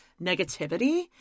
negativity